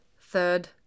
third